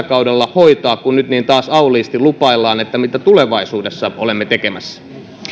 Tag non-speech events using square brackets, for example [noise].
[unintelligible] kaudella hoitaa kun nyt taas niin auliisti lupaillaan mitä tulevaisuudessa ollaan tekemässä